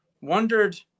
wondered